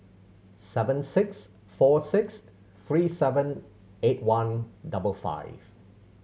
seven six four six three seven eight one double five